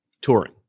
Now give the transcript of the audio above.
touring